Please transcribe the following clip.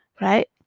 right